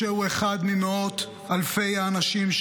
משה הוא אחד ממאות אלפי האנשים,